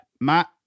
Matt